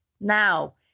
now